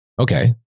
okay